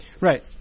Right